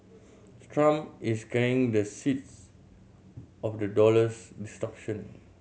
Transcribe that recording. Trump is carrying the seeds of the dollar's destruction